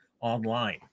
online